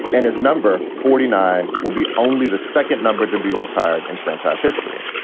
and his number forty nine will be only the second number to be retired in franchise history.